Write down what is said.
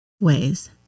ways